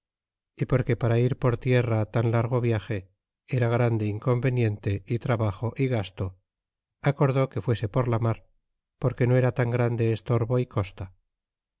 y porque para ir por tierra tan largo viage era grande inconveniente y trabajo y gasto acordó que fuese por la mar porque no era tan grande estorbo é costa